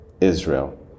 Israel